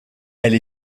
elle